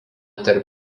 tarp